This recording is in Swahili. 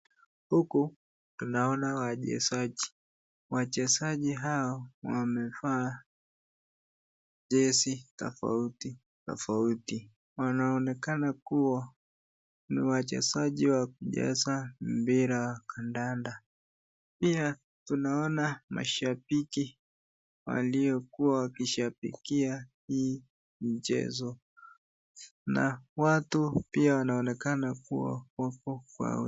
Huku tunaona wachezaji . Wachezaji hao wamevaa jezi tofauti tofauti . Wanaonekana kuwa ni wachezaji wa kucheza mpira wa kandanda . Pia tunaona mashabiki waliokuwa wakishabikia hii mchezo . Na watu pia wanaonekana kuwa wako .